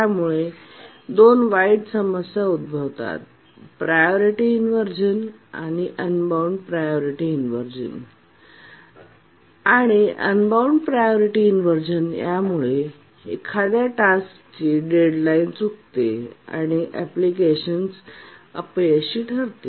यामुळे दोन वाईट समस्या उद्भवतात प्रायोरिटी इनव्हर्जन आणि अनबाउंड प्रायोरिटी इनव्हर्जन आणि अनबाउंड प्रायोरिटी इनव्हर्जन यामुळे एखाद्या टास्कची डेडलाईन चुकते आणि अँप्लिकेशन्स अपयशी ठरते